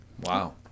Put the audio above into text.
Wow